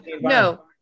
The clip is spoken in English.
no